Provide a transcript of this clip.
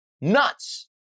nuts